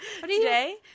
Today